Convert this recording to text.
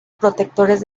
protectores